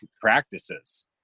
practices